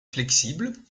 flexible